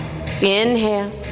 Inhale